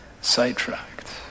sidetracked